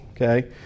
Okay